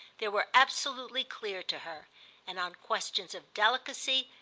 they were absolutely clear to her and on questions of delicacy,